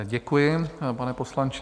Děkuji, pane poslanče.